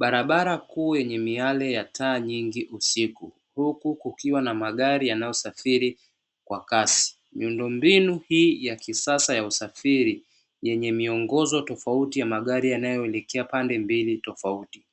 Barabara kuu yenye miale ya taa nyingi usiku huku kukiwa na magari yanayosafiri kwa kasi. Miundombinu hii ya kisasa ya usafiri yenye miongozo tofauti ya magari yanayoelekea pande mbili tofauti.